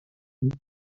and